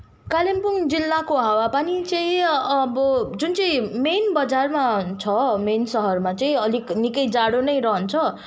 कालिम्पोङ जिल्लाको हावापानी चाहिँ अब जुन चाहिँ मेन बजारमा छ मेन सहरमा चाहिँ अलिक निकै जाडो नै रहन्छ